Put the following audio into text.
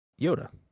Yoda